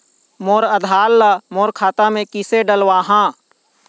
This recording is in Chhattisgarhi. मोर आधार ला मोर खाता मे किसे डलवाहा?